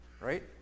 Right